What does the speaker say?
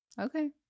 Okay